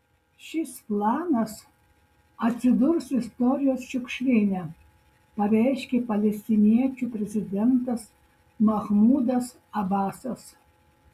šis planas atsidurs istorijos šiukšlyne pareiškė palestiniečių prezidentas mahmudas abasas